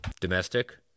Domestic